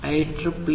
IEEE 802